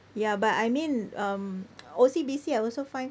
ya but I mean um O_C_B_C I also find